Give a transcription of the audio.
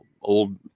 old